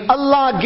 Allah